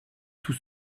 tout